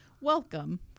welcome